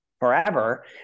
forever